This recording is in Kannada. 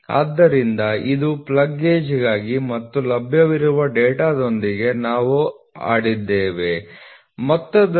ಆದ್ದರಿಂದ ಇದು ಪ್ಲಗ್ ಗೇಜ್ಗಾಗಿ ಮತ್ತು ಲಭ್ಯವಿರುವ ಡೇಟಾದೊಂದಿಗೆ ನಾವು ಆಡಿದ್ದೇವೆ ಮೊತ್ತದಲ್ಲಿ 25